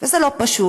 וזה לא פשוט.